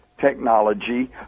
technology